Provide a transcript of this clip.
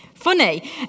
funny